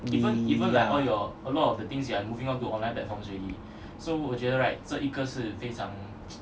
yeah